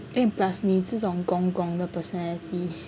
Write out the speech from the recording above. and plus 你这种 gong gong 的 personality